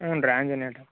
ಹ್ಞೂ ರೀ ಆಂಜನೇಯ ಡಾಕ್ಟ್ರು